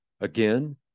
Again